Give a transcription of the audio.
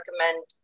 recommend